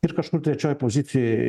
ir kažkur trečioj pozicijoj